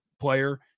player